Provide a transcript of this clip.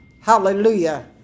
hallelujah